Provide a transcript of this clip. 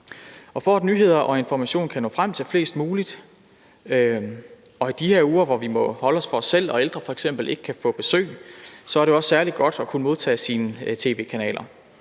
for at nyheder og information kan nå frem til flest mulige i de her uger, hvor vi må holde os for os selv, og hvor ældre f.eks. ikke kan få besøg, så er det også særlig godt at kunne se sine tv-kanaler